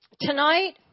tonight